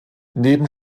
neben